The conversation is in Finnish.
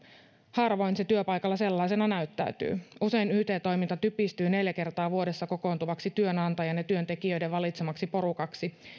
harvoin se työpaikalla sellaisena näyttäytyy usein yt toiminta typistyy neljä kertaa vuodessa kokoontuvaksi työnantajan ja työntekijöiden valitsemaksi porukaksi